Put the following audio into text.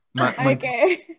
okay